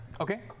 Okay